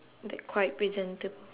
that quite presentab~